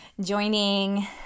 joining